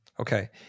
Okay